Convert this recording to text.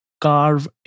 Carve